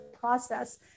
process